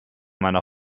meiner